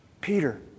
Peter